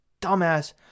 dumbass